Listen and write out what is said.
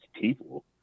people